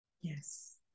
Yes